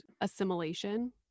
assimilation